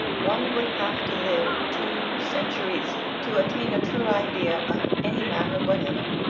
one would have to live two centuries to attain a true idea of any matter whatever.